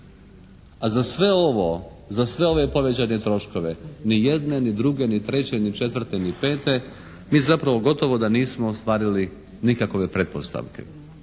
za sve ove povećane troškove ni jedne ni druge ni treće ni četvrte ni pete mi zapravo gotovo da nismo ostvarili nikakove pretpostavke.